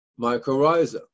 mycorrhiza